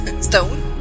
Stone